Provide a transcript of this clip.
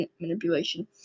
manipulation